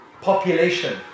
population